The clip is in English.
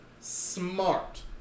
smart